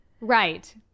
Right